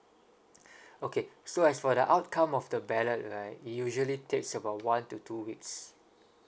okay so as for the outcome of the ballot right it usually takes about one to two weeks